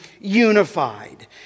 unified